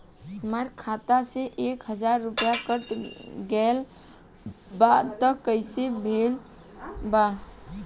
हमार खाता से एक हजार रुपया कट गेल बा त कइसे भेल बा?